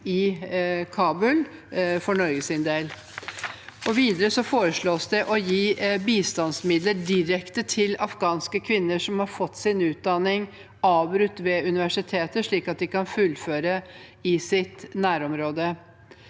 i Kabul for Norges del. Videre foreslås det å gi bistandsmidler direkte til afghanske kvinner som har fått sin utdanning avbrutt ved universitetet, slik at de kan fullføre i sitt nærområde.